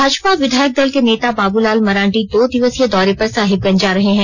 भाजपा विधायक दल के नेता बाबूलाल मरांडी दो दिवसीय दौरे पर साहिबगंज जा रहे हैं